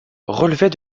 relevait